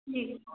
जी